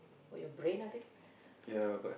for your brain I think